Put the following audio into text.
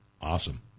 Awesome